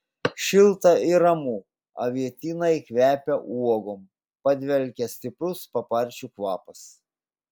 šilta ir ramu avietynai kvepia uogom padvelkia stiprus paparčių kvapas